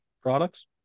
products